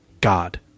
God